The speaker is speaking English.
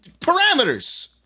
parameters